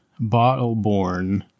Bottleborn